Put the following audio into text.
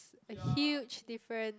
a huge different